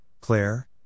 Claire